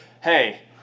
Hey